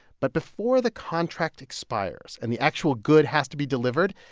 but before the contract expires, and the actual good has to be delivered,